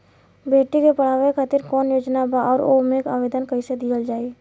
बेटी के पढ़ावें खातिर कौन योजना बा और ओ मे आवेदन कैसे दिहल जायी?